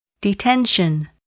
detention